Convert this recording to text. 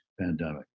pandemic